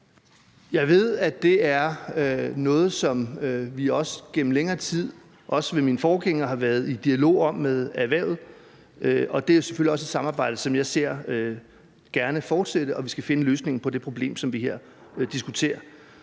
Jeg ved, at det er noget, som vi gennem længere tid, også under min forgænger, har været i dialog med erhvervet om, og det er selvfølgelig også et samarbejde, som jeg gerne ser fortsætte. Vi skal finde løsningen på det problem, som vi her diskuterer.